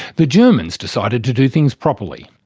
the germans decided to do things properly.